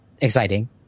exciting